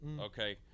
okay